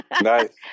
Nice